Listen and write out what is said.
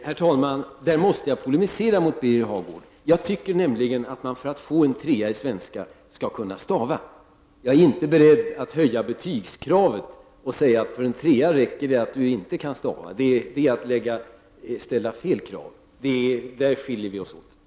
Herr talman! Där måste jag polemisera mot Birger Hagård. Jag tycker nämligen att man för att få betyget 3 i svenska skall kunna stava. Jag är inte beredd att höja betygskravet och säga att man inte behöver kunna stava för att få betyget 3. Det vore att ställa för låga krav. På den punkten skiljer vi oss åt.